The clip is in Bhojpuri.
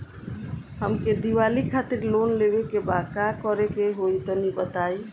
हमके दीवाली खातिर लोन लेवे के बा का करे के होई तनि बताई?